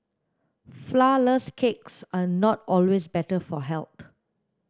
flourless cakes are not always better for health